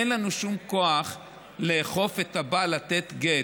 אין לנו שום כוח לאכוף את הבעל לתת גט.